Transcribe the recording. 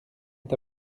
est